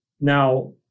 Now